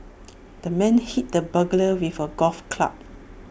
the man hit the burglar with A golf club